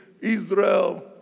Israel